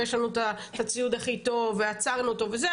ויש לנו את הציוד הכי טוב ועצרנו אותו וזה.